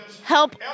help